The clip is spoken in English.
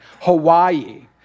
Hawaii